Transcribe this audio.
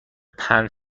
پنج